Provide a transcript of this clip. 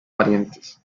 parientes